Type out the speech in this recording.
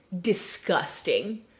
disgusting